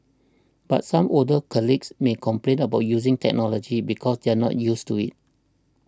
but some older colleagues may complain about using technology because they are not used to it